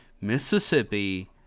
Mississippi